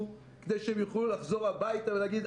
כדי שהם יוכלו לחזור הביתה ולהגיד,